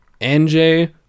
nj